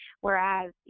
Whereas